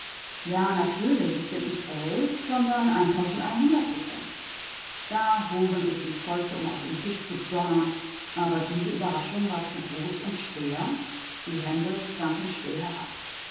ja natürlich es sind nicht elf sondern ein prozent da hoben sich die fäuste um auf den tisch zu donnern aber diese überraschung war zu groß und schwer die hände sanken still herab